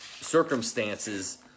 circumstances